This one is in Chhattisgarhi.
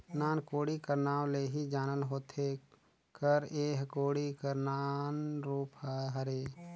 नान कोड़ी कर नाव ले ही जानल होथे कर एह कोड़ी कर नान रूप हरे